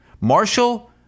Marshall